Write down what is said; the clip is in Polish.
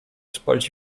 spalić